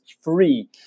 free